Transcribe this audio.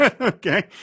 Okay